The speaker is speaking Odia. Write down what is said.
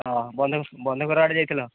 ହଁ ବନ୍ଧୁ ଘର ଆଡ଼େ ଯାଇଥିଲା